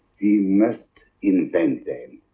he must invent them.